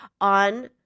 on